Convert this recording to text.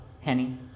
Henny